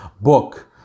book